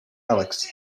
alex